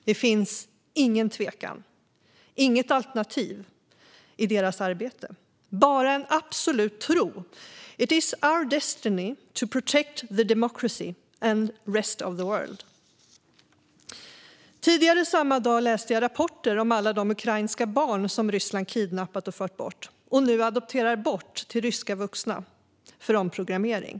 Det finns ingen tvekan och inget alternativ i deras arbete, bara en absolut tro: "It is our destiny to protect the democracy and rest of the world." Tidigare samma dag läste jag rapporter om alla de ukrainska barn som Ryssland kidnappat och fört bort, och nu adopterar bort till ryska vuxna för omprogrammering.